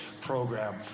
program